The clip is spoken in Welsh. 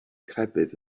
crefydd